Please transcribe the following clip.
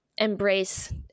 embrace